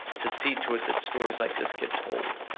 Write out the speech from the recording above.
to see to it that stories like this get told.